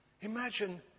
Imagine